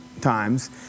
times